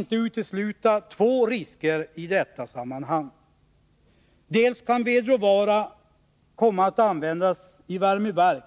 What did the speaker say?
Det finns två risker i detta sammanhang som inte kan uteslutas. En risk är att vedråvara kan komma att användas i värmeverk